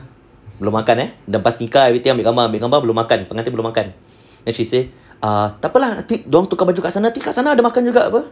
belum makan eh lepas nikah everything ambil gambar ambil gambar belum makan pengantin belum makan then she said err takpe lah nanti dorang tukar baju kat sana nanti ada makan juga [pe]